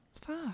Fuck